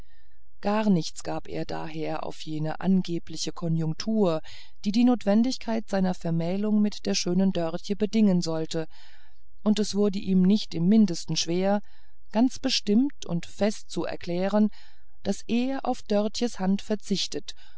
gar nichts gab er daher auf jene angebliche konjunktur die die notwendigkeit seiner vermählung mit der schönen dörtje bedingen sollte und es wurde ihm nicht im mindesten schwer ganz bestimmt und fest zu erklären daß er auf dörtjes hand verzichtet